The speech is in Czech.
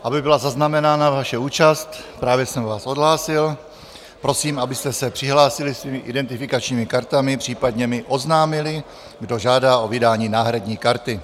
Aby byla zaznamenána vaše účast, právě jsem vás odhlásil, prosím, abyste se přihlásili svými identifikačními kartami, případně mi oznámili, kdo žádá o vydání náhradní karty.